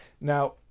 Now